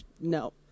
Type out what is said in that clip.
No